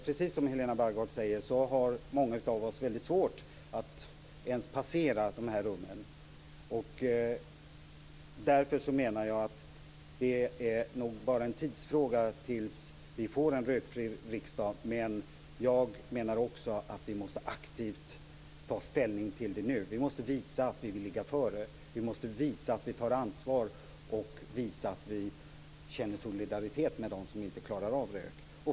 Precis som Helena Bargholtz säger har många av oss svårt att ens passera rummen. Därför menar jag att det nog bara är en tidsfråga innan vi får en rökfri riksdag. Men jag menar också att vi nu aktivt måste ta ställning. Vi måste visa att vi vill ligga före, att vi tar ansvar och att vi känner solidaritet med dem som inte klarar av rök.